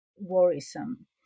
worrisome